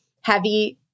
heavy-